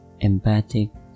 empathic